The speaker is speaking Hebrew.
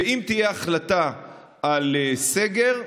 ואם תהיה החלטה על סגר,